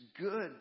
good